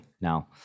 now